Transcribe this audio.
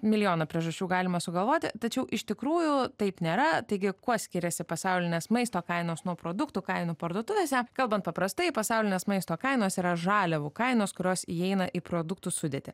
milijoną priežasčių galima sugalvoti tačiau iš tikrųjų taip nėra taigi kuo skiriasi pasaulinės maisto kainos nuo produktų kainų parduotuvėse kalbant paprastai pasaulinės maisto kainos yra žaliavų kainos kurios įeina į produktų sudėtį